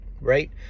right